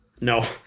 no